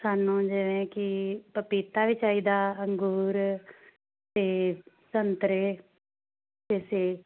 ਸਾਨੂੰ ਜਿਵੇਂ ਕਿ ਪਪੀਤਾ ਵੀ ਚਾਹੀਦਾ ਅੰਗੂਰ ਅਤੇ ਸੰਗਤਰੇ ਅਤੇ ਸੇਬ